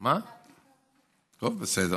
טוב, בסדר,